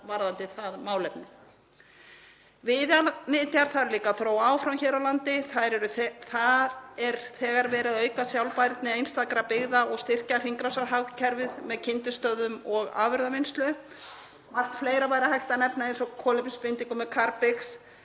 varðandi það málefni. Viðarnytjar þarf líka að þróa áfram hér á landi, þar er þegar verið að auka sjálfbærni einstakra byggða og styrkja hringrásarhagkerfið með kyndistöðvum og afurðavinnslu. Margt fleira væri hægt að nefna eins og kolefnisbindingu með Carbfix.